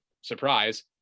surprise